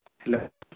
hello